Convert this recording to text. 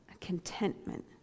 contentment